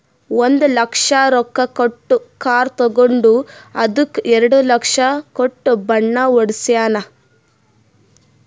ಒಂದ್ ಲಕ್ಷ ರೊಕ್ಕಾ ಕೊಟ್ಟು ಕಾರ್ ತಗೊಂಡು ಅದ್ದುಕ ಎರಡ ಲಕ್ಷ ಕೊಟ್ಟು ಬಣ್ಣಾ ಹೊಡ್ಸ್ಯಾನ್